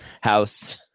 house